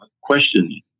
questioning